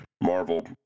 Marvel